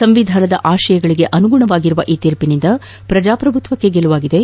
ಸಂವಿಧಾನದ ಆಶಯಗಳಿಗೆ ಆನುಗುಣವಾಗಿರುವ ಈ ತೀರ್ಪಿನಿಂದ ಪ್ರಜಾಪ್ರಭುತ್ವಕ್ಷ ಗೆಲುವಾಗಿದೆ